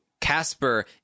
Casper